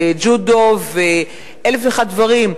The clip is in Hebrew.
וג'ודו ואלף ואחד דברים,